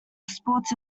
sports